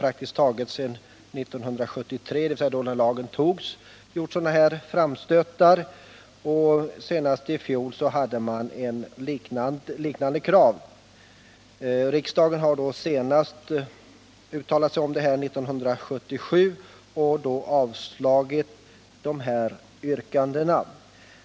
Praktiskt taget varje år sedan 1973, dvs. när lagen togs, har man gjort sådana här framstötar. Riksdagen avslog också år 1977 dessa yrkanden.